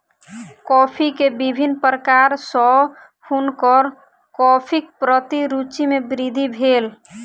coffee के विभिन्न प्रकार सॅ हुनकर कॉफ़ीक प्रति रूचि मे वृद्धि भेल